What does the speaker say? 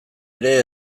ere